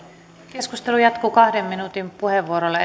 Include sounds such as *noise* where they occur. keskustelu jatkuu kahden minuutin puheenvuoroilla *unintelligible*